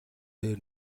дээр